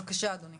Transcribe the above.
בבקשה, דורון.